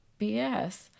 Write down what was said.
BS